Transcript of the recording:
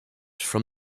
from